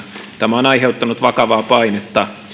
tämä on aiheuttanut vakavaa painetta